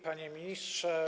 Panie Ministrze!